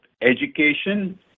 education